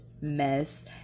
mess